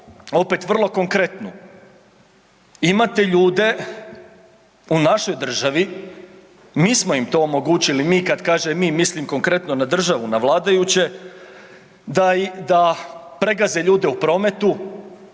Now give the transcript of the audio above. opet vrlo konkretnu. Imate ljude u našoj državi, mi kad kažem mi, mislim konkretno na državu, na vladajuće da pregaze ljude u prometu,